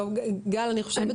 טוב גל, אני חושבת